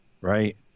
right